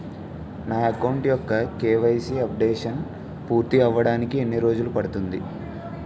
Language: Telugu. నా అకౌంట్ యెక్క కే.వై.సీ అప్డేషన్ పూర్తి అవ్వడానికి ఎన్ని రోజులు పడుతుంది?